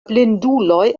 blinduloj